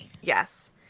Yes